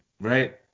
Right